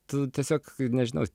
tu tiesiog nežinau